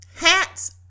Hats